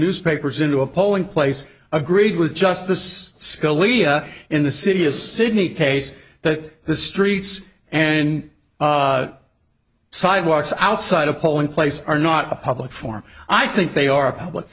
newspapers into a polling place agreed with justice scalia in the city of sydney case that the streets and sidewalks outside a polling place are not a public form i think they are a public